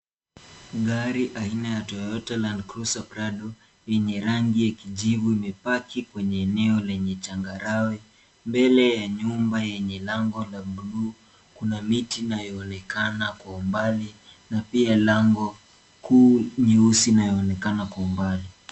Gari aina ya Toyota Landcruiser prado, yenye rangi ya kijivu, imepaki kwenye eneo lenye changarawe. Mbele ya nyumba yenye lango la blue , kuna miti inayoonekana kwa umbali , na pia lango kuu nyeusi inayoonekana kwa umbali.